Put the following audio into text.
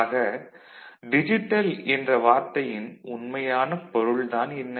ஆக டிஜிட்டல் என்ற வார்த்தையின் உண்மையான பொருள் தான் என்ன